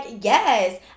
yes